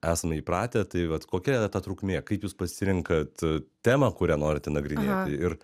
esame įpratę tai vat kokia ta trukmė kaip jūs pasirenkat temą kurią norite nagrinėti ir